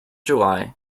july